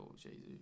Jesus